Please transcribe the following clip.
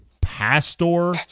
pastor